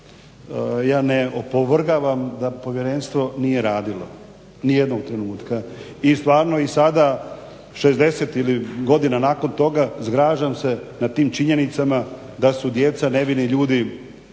ja ne opovrgavam da povjerenstvo nije radilo, ni jednog trenutka. I stvarno i sada 60 ili godina nakon toga zgražam se nad tim činjenicama da su djeca, nevini ljudi